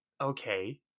okay